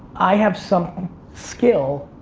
i have some skill,